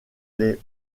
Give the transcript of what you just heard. les